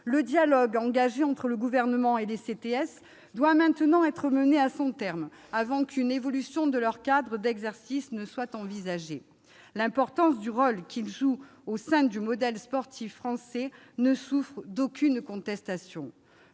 Le dialogue engagé entre le Gouvernement et les CTS doit maintenant être mené à son terme avant qu'une évolution du cadre d'exercice de ceux-ci ne soit envisagée. L'importance du rôle qu'ils jouent au sein du modèle sportif français ne souffre d'aucune contestation.